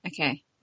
okay